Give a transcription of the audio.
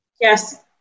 yes